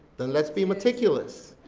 then let's be meticulous.